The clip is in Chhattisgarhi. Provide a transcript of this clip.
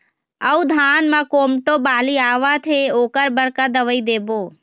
अऊ धान म कोमटो बाली आवत हे ओकर बर का दवई देबो?